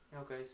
Okay